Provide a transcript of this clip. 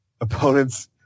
opponents